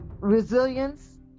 Resilience